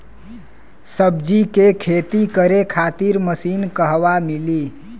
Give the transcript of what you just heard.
सब्जी के खेती करे खातिर मशीन कहवा मिली?